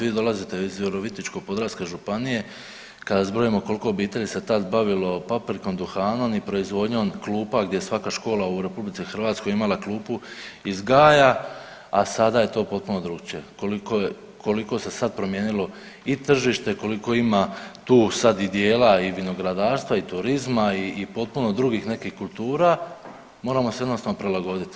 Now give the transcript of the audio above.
Vi dolazite iz Virovitičko-podravske županije, kada zbrojimo koliko obitelji se tad bavilo paprikom, duhanom i proizvodnjom klupa gdje je svaka škola u RH imala klupu iz Gaja, a sada je to potpuno drukčije, koliko je, koliko se sad promijenilo i tržište, koliko ima tu sad i dijela i vinogradarstva i turizma i potpuno drugih nekih kultura moramo se jednostavno prilagodit.